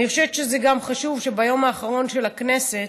אני חושבת שזה גם חשוב שביום האחרון של הכנסת